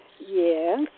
Yes